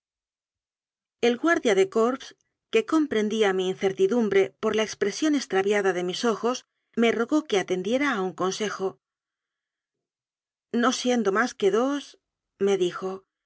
el guardia de corps que comprendía mi incertidumbre por la expresión extraviada de mis ojos me rogó que atendiera a un consejo no siendo más que dosme dijo